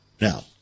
Now